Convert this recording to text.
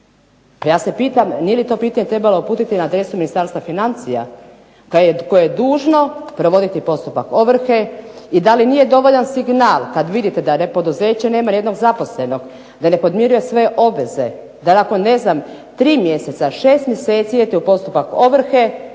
ja se pitam nije li to pitanje trebalo uputiti na adresu Ministarstva financija, koje je dužno provoditi postupak ovrhe, i da li nije dovoljan signal kad vidite da poduzeće nema nijednog zaposlenog, da ne podmiruje svoje obveze, da nakon ne znam 3 mjeseca, 6 mjeseci …/Ne razumije se./… postupak ovrhe